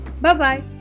Bye-bye